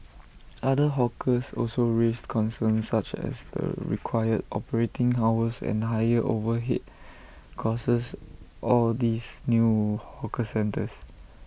other hawkers also raised concerns such as the required operating hours and higher overhead costs or these new hawker centres